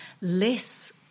less –